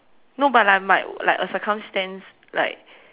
no but like might like a circumstance like